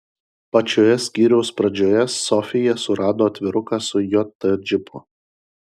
pačioje skyriaus pradžioje sofija surado atviruką su jt džipu